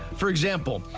for example,